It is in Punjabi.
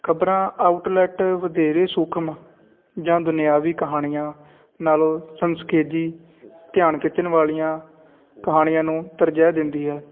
ਖ਼ਬਰਾਂ ਆਉਟਲੈਟ ਵਧੇਰੇ ਸੂਖਮ ਜਾਂ ਦੁਨਿਆਵੀ ਕਹਾਣੀਆਂ ਨਾਲੋਂ ਸੰਸਕੇਜੀ ਧਿਆਨ ਖਿੱਚਣ ਵਾਲੀਆਂ ਕਹਾਣੀਆਂ ਨੂੰ ਤਰਜੀਹ ਦਿੰਦੀ ਹੈ